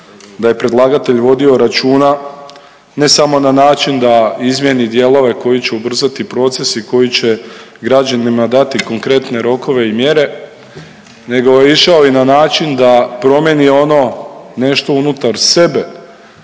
da je predlagatelj vodio računa ne samo na način da izmijeni dijelove koji će ubrzati procese i koji će građanima dati konkretne rokove i mjere nego je išao i na način da promjeni ono nešto unutar sebe